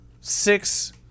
six